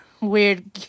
weird